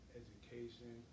education